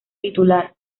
titular